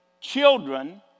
children